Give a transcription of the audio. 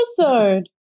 episode